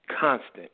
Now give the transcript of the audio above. constant